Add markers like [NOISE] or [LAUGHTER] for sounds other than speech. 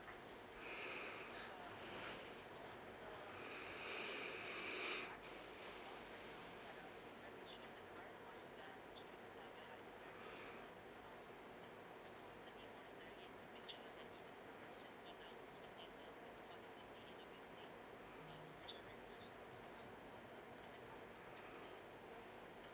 [BREATH] [BREATH]